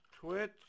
Twitch